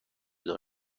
دار